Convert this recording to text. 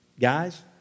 Guys